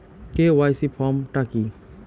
KYC form টা কি?